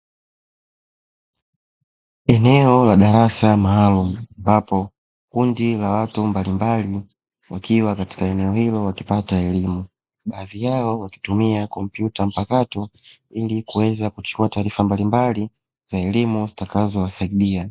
Eneo la darasa maalumu ambapo kundi la watu mbalimbali wakiwa katika eneo hilo wakipata elimu, baadhi yao wakitumia kompyuta mpakato ili kuweza kuchukua taarifa mbalimbali za elimu zitakazowasaidia.